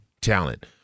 talent